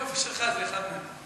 היופי שלך זה אחד מהם.